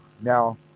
Now